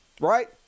Right